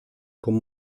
con